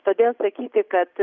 todėl sakyti kad